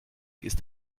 ist